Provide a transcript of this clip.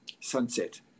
Sunset